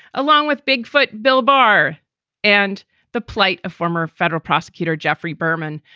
along with big foot bill barr and the plight of former federal prosecutor jeffrey berman.